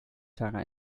gitarre